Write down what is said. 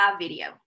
video